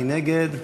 מי נגד?